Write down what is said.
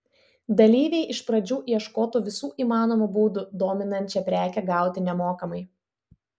dalyviai iš pradžių ieškotų visų įmanomų būdų dominančią prekę gauti nemokamai